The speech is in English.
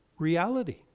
Reality